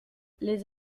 les